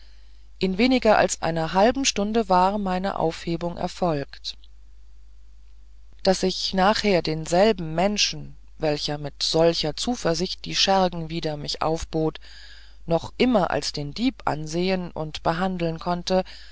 in weniger als einer halben stunde war meine aufhebung erfolgt daß ich nachher denselben menschen welcher mit solcher zuversicht die schergen wider mich aufbot noch immer als den dieb ansehen und behandeln konnte